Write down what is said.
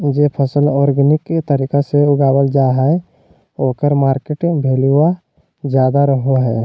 जे फसल ऑर्गेनिक तरीका से उगावल जा हइ ओकर मार्केट वैल्यूआ ज्यादा रहो हइ